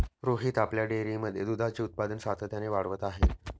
रोहित आपल्या डेअरीमध्ये दुधाचे उत्पादन सातत्याने वाढवत आहे